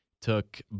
took